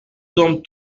sommes